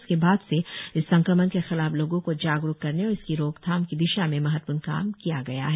उसके बाद से इस संक्रमण के खिलाफ लोगों को जागरुक करने और इसकी रोकथाम की दिशा में महत्वपूर्ण काम किया गया है